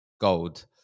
gold